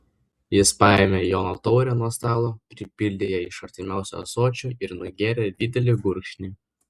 jis paėmė jono taurę nuo stalo pripildė ją iš artimiausio ąsočio ir nugėrė didelį gurkšnį